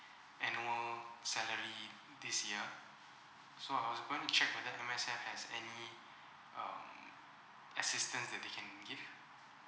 annual salary this year so I was going to check whether M_S_F has any um assistance that they can give